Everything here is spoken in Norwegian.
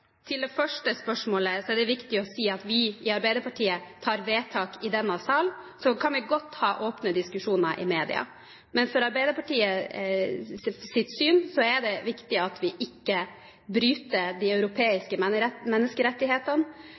Til det første spørsmålet er det viktig å si at vi i Arbeiderpartiet gjør vedtak i denne sal. Så kan vi godt ha åpne diskusjoner i media. Men etter Arbeiderpartiets syn er det viktig at vi ikke bryter Den europeiske